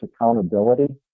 accountability